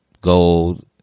gold